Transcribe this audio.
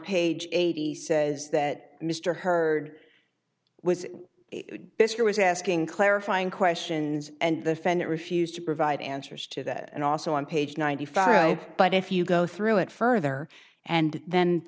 page eighty says that mr hurd was basically was asking clarifying questions and the fent refused to provide answers to that and also on page ninety five but if you go through it further and then